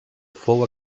fou